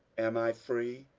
am i free?